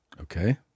Okay